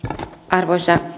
arvoisa